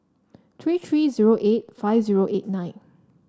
three three zero eight five zero eight nine